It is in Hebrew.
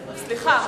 סליחה,